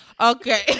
Okay